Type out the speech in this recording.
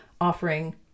offering